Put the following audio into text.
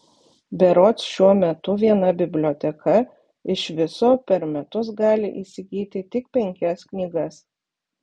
berods šiuo metu viena biblioteka iš viso per metus gali įsigyti tik penkias knygas